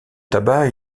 tabac